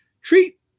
treat